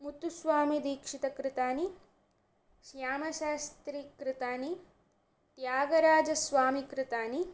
मुत्तुस्वामीदीक्षितकृतानि श्यामशास्त्रीकृतानि त्यागराजस्वामीकृतानि